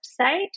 website